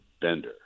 Bender